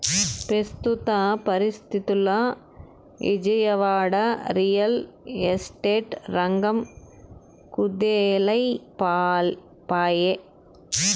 పెస్తుత పరిస్తితుల్ల Vijayawada, real estate రంగం కుదేలై పాయె